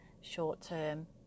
short-term